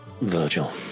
Virgil